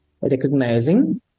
recognizing